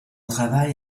travail